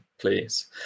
please